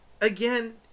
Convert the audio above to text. again